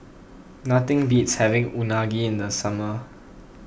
nothing beats having Unagi in the summer